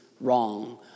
wrong